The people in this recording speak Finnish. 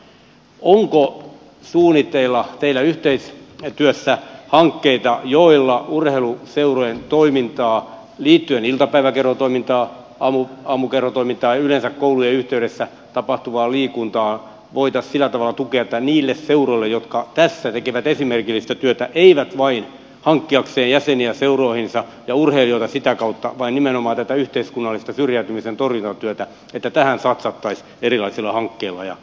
onko teillä yhteistyössä suunnitteilla hankkeita joilla urheiluseurojen toimintaa liittyen iltapäiväkerhotoimintaan aamukerhotoimintaan ja yleensä koulujen yhteydessä tapahtuvaan liikuntaan voitaisiin sillä tavalla tukea että nimenomaan niiden seurojen toimintaan jotka tässä tekevät esimerkillistä työtä eivät vain hankkiakseen jäseniä seuroihinsa ja urheilijoita sitä kautta vaan jotka tekevät nimenomaan tätä yhteiskunnallista syrjäytymisen torjuntatyötä satsattaisiin erilaisilla hankkeilla ja satsauksilla